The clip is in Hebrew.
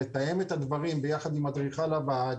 לתאם את הדברים ביחד עם אדריכל הוועד,